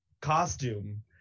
costume